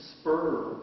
spur